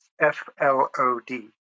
F-L-O-D